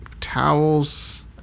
towels